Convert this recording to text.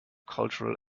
cultural